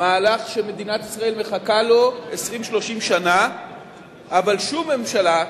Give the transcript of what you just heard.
מהלך שמדינת ישראל מחכה לו 20 30 שנה אבל שום ממשלה,